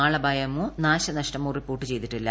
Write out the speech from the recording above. ആളപായമോ നാശനഷ്ടമോ റിപ്പോർട്ട് ചെയ്തിട്ടില്ല